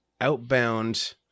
outbound